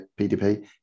PDP